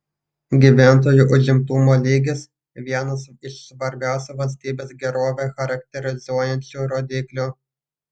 gyventojų užimtumo lygis vienas iš svarbiausių valstybės gerovę charakterizuojančių rodiklių